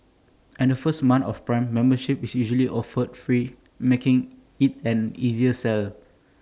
and the first month of prime membership is usually offered free making IT an easier sell